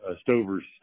Stover's